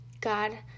God